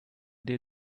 they